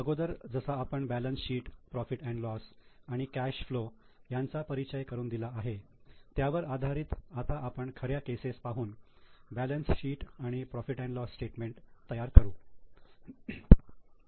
अगोदर जसा आपण balance sheet profit and loss profit loss आणि कॅश फ्लो यांचा परिचय करून दिला आहे त्यावर आधारित आता आपण खऱ्या केसेस पाहून बॅलन्स शीट आणि profit and loss statement profit loss statement तयार करू